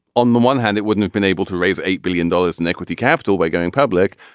on the one hand it wouldn't have been able to raise a billion dollars in equity capital by going public.